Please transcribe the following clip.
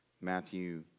Matthew